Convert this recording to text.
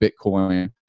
Bitcoin